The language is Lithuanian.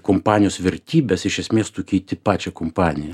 kompanijos vertybes iš esmės tu keiti pačią kompaniją